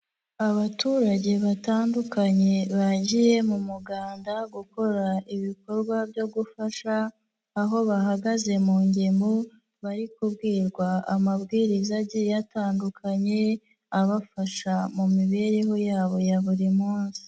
Abaturage batandukanye bagiye mu muganda, gukora ibikorwa byo gufasha, aho bahagaze mu ngemwe, bari kubwirwa amabwiriza agiye atandukanye, abafasha mu mibereho yabo ya buri munsi.